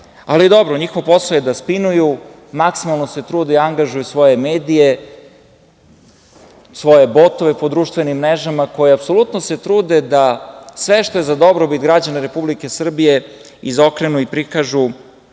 ali dobro, njihov posao je da spinuju. Maksimalno se trude i angažuju svoje medije, svoje botove po društvenim mrežama, koji se trude da sve što je za dobrobit građana Republike Srbije izokrenu i prikažu